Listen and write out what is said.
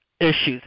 issues